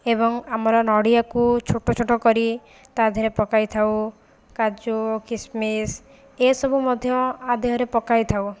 ଏବଂ ଆମର ନଡ଼ିଆକୁ ଛୋଟ ଛୋଟ କରି ତା ଦେହରେ ପକାଇଥାଉ କାଜୁ କିସମିସ ଏ ସବୁ ମଧ୍ୟ ଆ ଦେହରେ ପକାଇଥାଉ